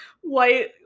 white